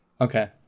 Okay